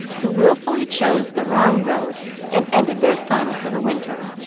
who wilfully chose the wrong road and ended their fun for the winter!